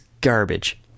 garbage